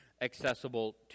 accessible